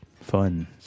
Fun